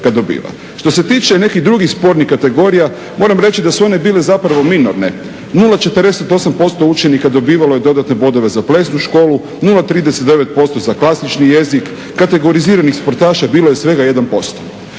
Što se tiče nekih drugih spornih kategorija moram reći da su one bile zapravo minorne. 0,48% učenika dobivalo je dodatne bodove za plesnu školu, 0,39% za klasični jezik, kategoriziranih sportaša bilo je svega 1%.